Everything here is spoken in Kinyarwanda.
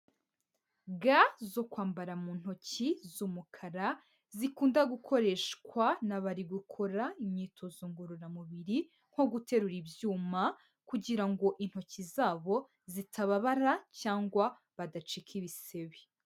Ga zo kwambara mu ntoki z'umukara, zikunda gukoreshwa n'abari gukora imyitozo ngororamubiri nko guterura ibyuma kugira ngo intoki zabo zitababara cyangwa badacika ibisebe.